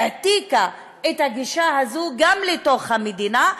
והעתיקה את הגישה הזאת גם לתוך המדינה,